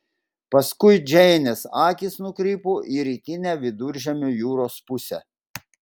paskui džeinės akys nukrypo į rytinę viduržemio jūros pusę